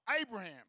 Abraham